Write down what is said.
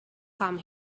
come